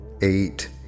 eight